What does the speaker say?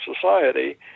society